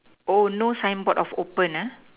oh no signboard of open ah